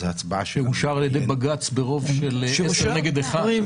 אז ההצבעה שלנו תהיה --- שאושר על ידי בג"ץ ברוב של עשרה נגד אחד.